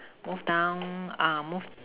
move down um move